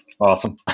Awesome